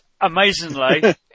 amazingly